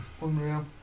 Unreal